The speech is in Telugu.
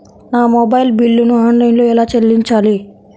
నా మొబైల్ బిల్లును ఆన్లైన్లో ఎలా చెల్లించాలి?